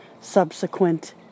subsequent